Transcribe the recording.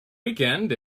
weekend